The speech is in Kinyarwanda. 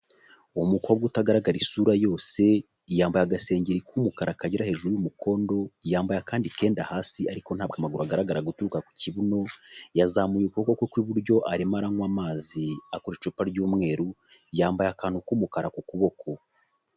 Uwo mukobwa utagaragara isura yose yambaye agasengeri k'umukara kagera hejuru n'umukondo, yambaye akandi kenda hasi ariko ntabwo amaguru agaragara guturuka ku kibuno, yazamuye ukuboko kwe kw'iburyo arimo aranywa amazi akora icupa ry'umweru, yambaye akantu k'umukara ku kuboko.